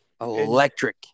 Electric